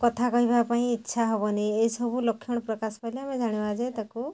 କଥା କହିବାପାଇଁ ଇଚ୍ଛା ହେବନି ଏଇସବୁ ଲକ୍ଷଣ ପ୍ରକାଶ ପାଇଲେ ଆମେ ଜାଣିବା ଯେ ତାକୁ